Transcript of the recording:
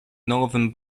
northern